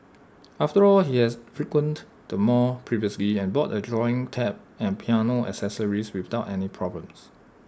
after all he had frequented the mall previously and bought A drawing tab and piano accessories without any problems